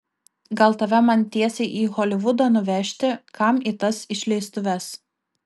gal tave man tiesiai į holivudą nuvežti kam į tas išleistuves